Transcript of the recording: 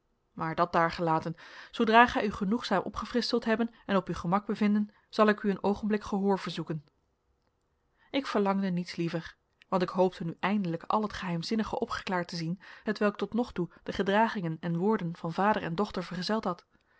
maar dat daargelaten zoodra gij u genoegzaam opgefrischt zult hebben en op uw gemak bevinden zal ik u een oogenblik gehoor verzoeken ik verlangde niets liever want ik hoopte nu eindelijk al het geheimzinnige opgeklaard te zien hetwelk tot nog toe de gedragingen en woorden van vader en dochter verzeld had